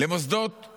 למוסדות